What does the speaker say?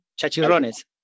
Chicharrones